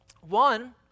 One